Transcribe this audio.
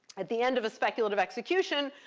at the end of a speculative execution,